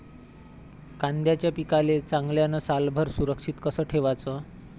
कांद्याच्या पिकाले चांगल्यानं सालभर सुरक्षित कस ठेवाचं?